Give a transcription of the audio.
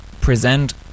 present